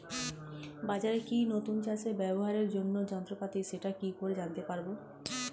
বাজারে কি নতুন চাষে ব্যবহারের জন্য যন্ত্রপাতি সেটা কি করে জানতে পারব?